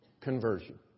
conversion